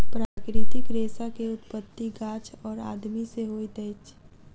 प्राकृतिक रेशा के उत्पत्ति गाछ और आदमी से होइत अछि